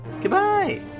Goodbye